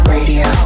Radio